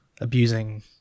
abusing